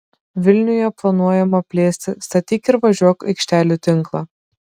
vilniuje planuojama plėsti statyk ir važiuok aikštelių tinklą